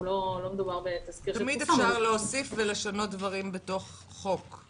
לא מדובר בתזכיר --- תמיד אפשר להוסיף ולשנות דברים בתוך חוק.